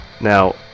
now